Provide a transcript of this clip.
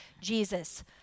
Jesus